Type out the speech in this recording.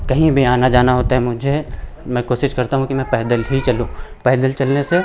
कहीं भी आना जाना होता है मुझे मैं कोशिश करता हूँ कि मैं पैदल ही चलूँ पैदल चलने से